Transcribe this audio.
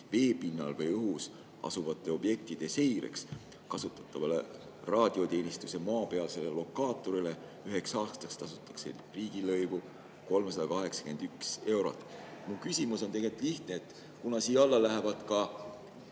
veepinnal või õhus asuvate objektide seireks kasutatavale raadioteenistuse maapealsele lokaatorile üheks aastaks tasutakse riigilõivu 381 eurot." Mu küsimus on tegelikult lihtne. Kuna siia alla lähevad ka